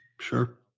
Sure